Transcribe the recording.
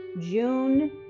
June